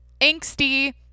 angsty